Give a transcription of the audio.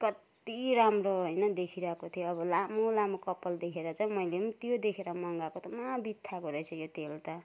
कति राम्रो होइन देखिरहेको थियो अब लामो लामो कपल देखेर चाहिँ मैले पनि त्यो देखेर मगाएको त महा बित्थाको रहेछ यो तेल त